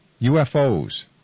UFOs